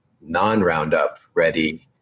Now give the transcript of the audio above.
non-Roundup-ready